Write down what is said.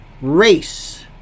race